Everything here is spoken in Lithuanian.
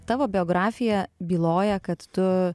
tavo biografija byloja kad tu